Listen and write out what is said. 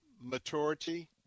maturity